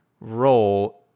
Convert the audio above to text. role